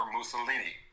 Mussolini